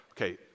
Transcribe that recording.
okay